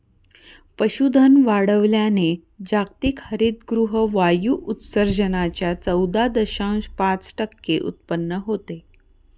पशुधन वाढवल्याने जागतिक हरितगृह वायू उत्सर्जनाच्या चौदा दशांश पाच टक्के उत्पन्न होते